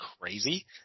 crazy